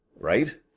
Right